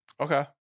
okay